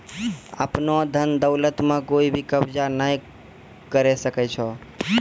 आपनो धन दौलत म कोइ भी कब्ज़ा नाय करै सकै छै